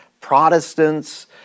Protestants